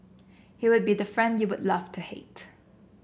he would be the friend you would love to hate